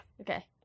Okay